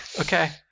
Okay